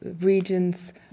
regions